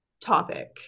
topic